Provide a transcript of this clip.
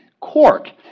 court